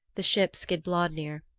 the ship skidbladnir,